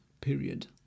period